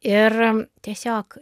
ir tiesiog